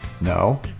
No